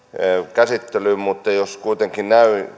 käsittelyyn mutta jos kuitenkin toisin